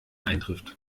eintrifft